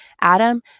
Adam